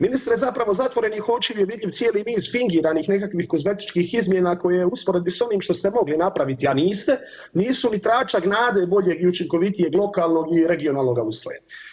Ministre zapravo zatvorenih očiju nevidljiv cijeli niz fingiranih nekakvih kozmetičkih izmjena koje u usporedbi s onim što ste mogli napraviti, a niste nisu ni tračak nade boljeg i učinkovitijeg lokalnog i regionalnoga ustroja.